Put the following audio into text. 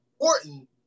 important